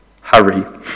hurry